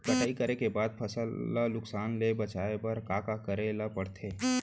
कटाई करे के बाद फसल ल नुकसान ले बचाये बर का का करे ल पड़थे?